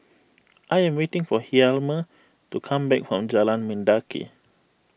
I am waiting for Hjalmer to come back from Jalan Mendaki